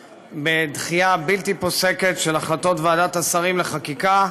ודחייה בלתי פוסקת של החלטות ועדת השרים לחקיקה,